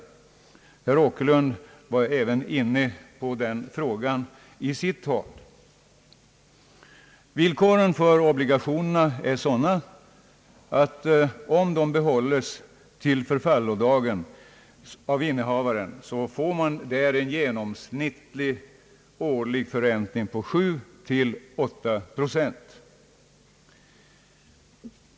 Herr Åkerlund erinrade också om detta i sitt anförande. Villkoren för obligationslånen är sådana att om obligationerna behålls av innehavaren till förfallodagen får denne en genomsnittlig årlig förräntning på 7—38 procent.